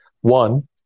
One